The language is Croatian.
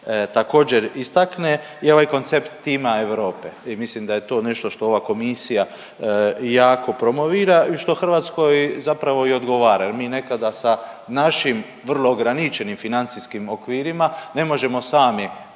također istakne je ovaj koncept Tima Europe i mislim da je to nešto što ova komisija jako promovira i što Hrvatskoj zapravo i odgovara jer mi nekada sa našim vrlo ograničenim financijskim okvirima ne možemo sami